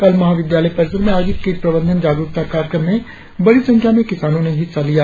कल महाविद्यालय परिसर में आयोजित कीट प्रबंधन जागरुकता कार्यक्रम में बड़ी संख्या में किसानों ने हिस्सा लिया